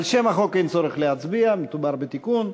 על שם החוק אין צורך להצביע, מדובר בתיקון.